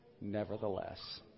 Nevertheless